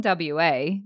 WA